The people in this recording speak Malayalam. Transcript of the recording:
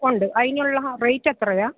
ഉണ്ട് അതിനുള്ള റേറ്റ് എത്രയാണ്